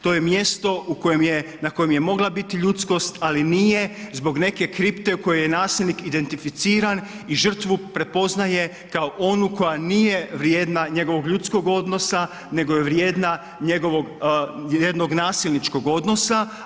To je mjesto na kojem je mogla biti ljudskost, ali nije zbog neke kripte u kojoj je nasilnik identificiran i žrtvu prepoznaje kao onu koja nije vrijedna njegovog ljudskog odnosa nego je vrijedna jednog nasilničkog odnosa.